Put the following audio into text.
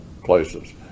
places